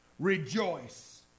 Rejoice